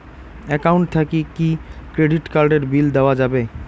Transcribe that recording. Account থাকি কি credit card এর বিল দেওয়া যাবে?